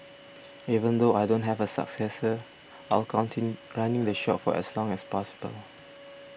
even though I don't have a successor I'll continue running the shop for as long as possible